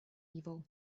evil